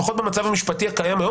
לפחות במצב המשפטי הקיים היום,